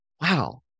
Wow